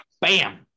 bam